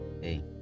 Hey